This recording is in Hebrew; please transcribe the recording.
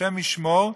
השם ישמור,